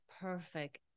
perfect